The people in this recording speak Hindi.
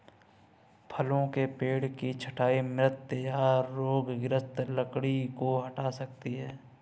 फलों के पेड़ की छंटाई मृत या रोगग्रस्त लकड़ी को हटा सकती है